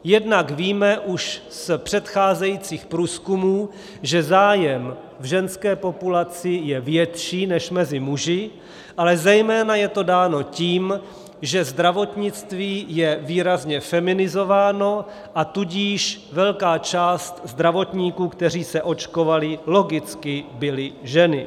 Jednak víme už z předcházejících průzkumů, že zájem v ženské populaci je větší než mezi muži, ale zejména je to dáno tím, že zdravotnictví je výrazně feminizováno, a tudíž velká část zdravotníků, kteří se očkovali, logicky byly ženy.